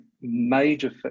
major